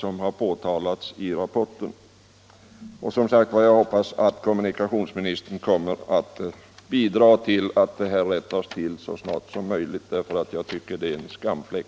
Jag hoppas som sagt att kommunikationsministern kommer att medverka till att dessa förhållanden rättas till så snart som möjligt. Jag tycker nämligen att detta är en skamfläck.